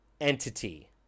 entity